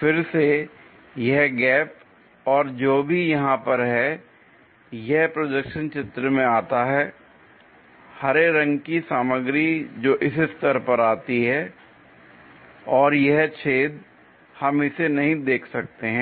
फिर से यह गेप और जो भी यहां पर है यह प्रोजेक्शन चित्र में आता है l हरे रंग की सामग्री जो इस स्तर पर आती है और यह छेद हम इसे नहीं देख सकते हैं